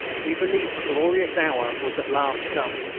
we believed the glorious hour was at last come,